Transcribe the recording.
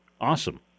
Awesome